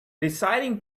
deciding